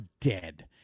dead